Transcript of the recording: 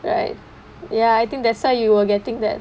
right ya I think that's why you were getting that